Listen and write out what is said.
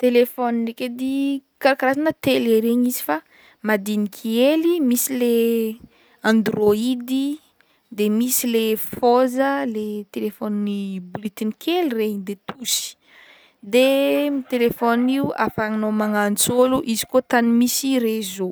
Telefaony ndraiky edy kara- karazanana tele regny izy fa madiniky hely misy le android ii de misy le fôza le telefaony bolitiny kely regny de touche de am' telefaony io afahanignao magnantso ôlo izy kô tany misy reseau.